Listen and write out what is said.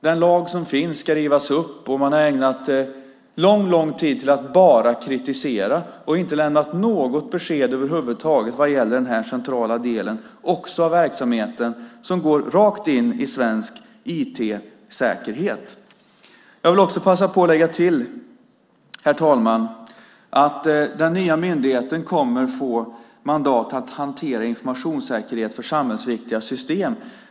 Den lag som finns ska rivas upp, och man har ägnat lång tid till att bara kritisera och inte lämnat något besked över huvud taget vad gäller den del som också är central och som går rakt in i svensk IT-säkerhet. Jag vill passa på att lägga till, herr talman, att den nya myndigheten kommer att få mandat att hantera informationssäkerhet för samhällsviktiga system.